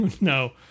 no